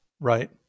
Right